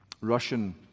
Russian